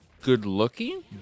good-looking